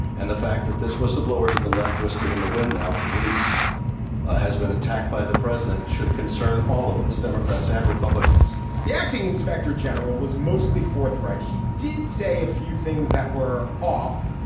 and the fact that this whistleblower has been left twisting in the wind now for weeks has been attacked by the president should concern all of us democrats and republicans the acting inspector general was mostly forthright. he did say a few things that were off.